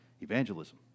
evangelism